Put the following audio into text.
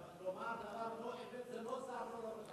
לומר דבר לא אמת זה לא זר לראש הממשלה.